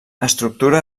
estructura